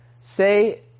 Say